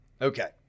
Okay